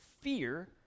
fear